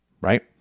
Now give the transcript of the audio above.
right